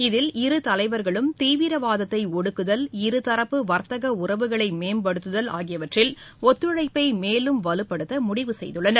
இதில் இரு தலைவர்களும் தீவிரவாதத்தைஒடுக்குதல் இருதரப்பு வர்த்தகஉறவுகளைமேம்படுத்துதல் ஆகியவற்றில் ஒத்துழைப்பைமேலும் வலுப்படுத்தமுடிவு செய்துள்ளனர்